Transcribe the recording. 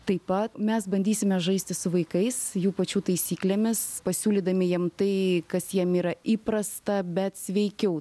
taip pat mes bandysime žaisti su vaikais jų pačių taisyklėmis pasiūlydami jiem tai kas jiem yra įprasta bet sveikiau